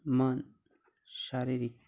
मन शारिरीक